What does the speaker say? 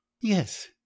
yes